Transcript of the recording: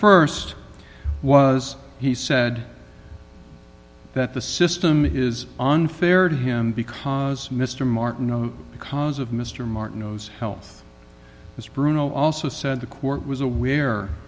the st was he said that the system is unfair to him because mr martin no because of mr martin knows health this bruno also said the court was aware